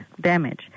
damage